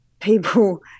people